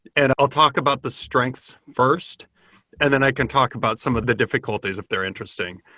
and i'll talk about the strengths first and then i can talk about some of the difficulties if they're interesting.